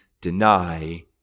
deny